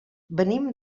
venim